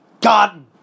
god